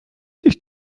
sich